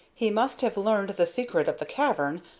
he must have learned the secret of the cavern,